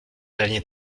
derniers